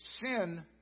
sin